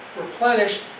replenished